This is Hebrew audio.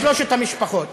לשלוש המשפחות.